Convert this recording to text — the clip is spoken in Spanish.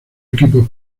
equipos